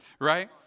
Right